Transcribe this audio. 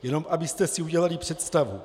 Jenom abyste si udělali představu.